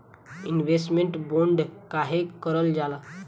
Investment bond काहे कारल जाला?